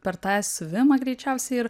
per tą siuvimą greičiausiai ir